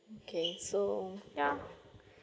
okay so ya